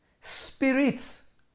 Spirits